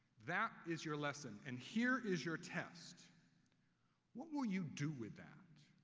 that is your lesson, and here is your test what will you do with that?